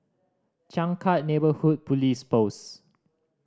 Changkat Neighbourhood Police Post